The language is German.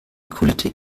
kullerte